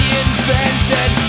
invented